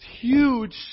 huge